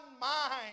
mind